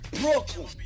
Brooklyn